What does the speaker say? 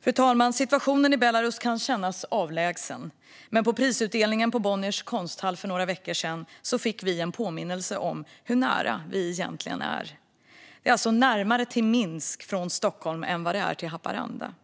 Fru talman! Situationen i Belarus kan kännas avlägsen. Men på prisutdelningen på Bonniers Konsthall för några veckor sedan fick vi en påminnelse om hur nära vi egentligen är. Det är närmare från Stockholm till Minsk än vad det är till Haparanda.